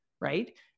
Right